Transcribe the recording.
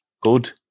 Good